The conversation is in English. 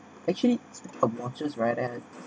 actually a watches right and